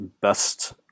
best